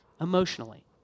emotionally